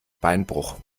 beinbruch